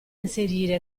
inserire